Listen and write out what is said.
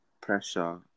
pressure